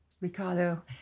Ricardo